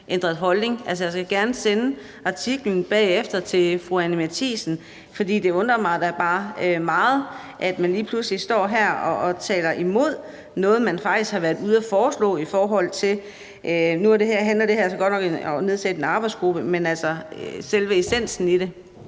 ændret holdning. Jeg vil gerne sende artiklen bagefter til fru Anni Matthiesen, for det undrer mig da bare meget, at man lige pludselig står her og taler imod noget, man faktisk har været ude at foreslå – nu handler det her altså godt nok om at nedsætte en arbejdsgruppe – altså selve essensen i det.